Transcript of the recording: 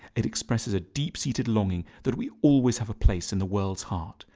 it expresses a deep-seated longing that we always have a place in the world's heart,